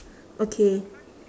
okay